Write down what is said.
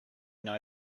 know